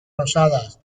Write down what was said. rosadas